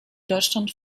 deutschland